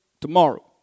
tomorrow